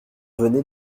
venez